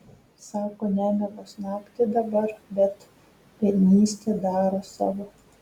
sako nemiegos naktį dabar bet biednystė daro savo